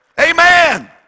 Amen